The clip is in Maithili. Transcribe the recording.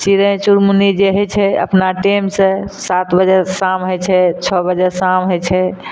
चिड़य चुनमुनी जे होइ छै अपना टाइमसे सात बजे शाम होइ छै छओ बजे शाम होइ छै